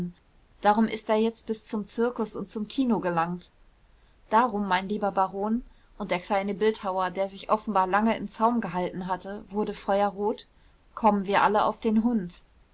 darum ist er jetzt bis zum zirkus und zum kino gelangt darum mein lieber baron und der kleine bildhauer der sich offenbar lange im zaum gehalten hatte wurde feuerrot kommen wir alle auf den hund